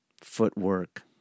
footwork